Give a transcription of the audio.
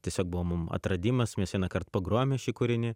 tiesiog buvo mum atradimas mes vienąkart pagrojome šį kūrinį